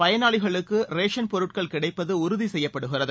பயனாளிகளுக்கு ரேஷன் பொருட்கள் கிடைப்பது உறுதி செய்யப்படுகிறது